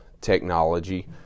technology